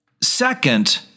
Second